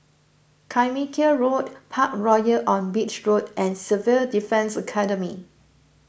Carmichael Road Parkroyal on Beach Road and Civil Defence Academy